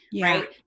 right